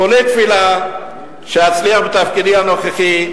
כולי תפילה שאצליח בתפקידי הנוכחי.